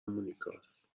مونیکاست